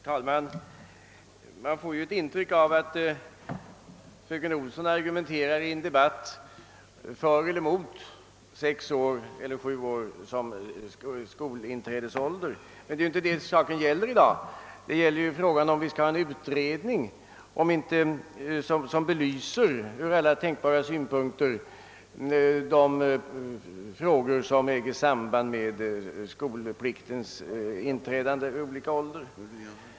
Herr talman! Man får ett intryck av att fröken Olsson argumenterar i fråga om huruvida 6 eller 7 år är den lämpligaste skolinträdesåldern. Men det är ju inte det saken gäller i dag. Den nu aktuella frågan är om vi skall ha en utredning, som ur alla tänkbara synpunkter belyser de frågor som har samband med skolpliktens inträdande vid olika åldrar.